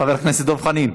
חבר הכנסת דב חנין,